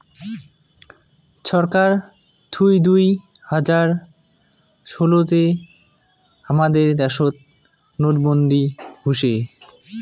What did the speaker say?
ছরকার থুই দুই হাজার ষোলো তে হামাদের দ্যাশোত নোটবন্দি হসে